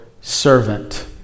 servant